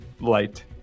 light